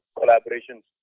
collaborations